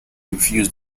refused